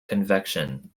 convection